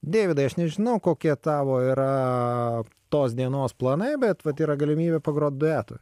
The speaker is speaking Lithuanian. deividai aš nežinau kokie tavo yra tos dienos planai bet vat yra galimybė pagrot duetu